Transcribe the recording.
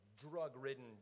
drug-ridden